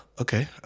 okay